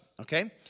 okay